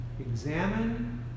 Examine